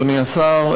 אדוני השר,